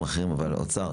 האוצר,